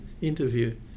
interview